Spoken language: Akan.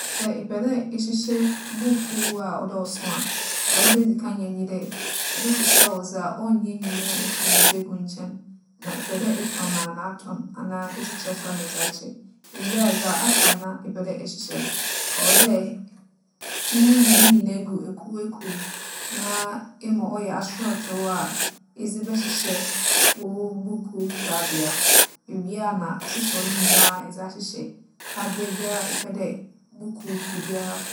Sɛ epɛ dɛ ehyehyɛ buukuu a ͻdͻͻso a, dza ͻwͻ dɛ idzi kan yɛ nye dɛ, ebɛsesaw dza ͻnnyɛ nyina efi mu dze egu nkyɛn, na epɛ dɛ etͻn a na atͻn anaa edze kyɛ so a na edze akyɛ. Iwie a, dza aka na epɛ dɛ ehyehyɛ no, ͻwͻ dɛ iyiyi ne nyina gu ekuwekuw na ema ͻyɛ asorͻtow a edze bɛhyehyɛ wo buukuu korabea hͻ. Iwie a na asesaw ne nyina edze ahyehyɛ korabea biara a epɛ dɛ buukuu kuw biara kͻ.